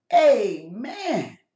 Amen